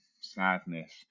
sadness